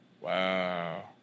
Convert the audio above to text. Wow